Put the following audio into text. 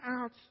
out